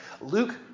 Luke